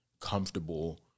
comfortable